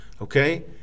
okay